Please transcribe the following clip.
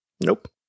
Nope